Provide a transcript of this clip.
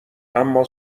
اما